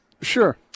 Sure